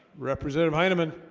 represented heineman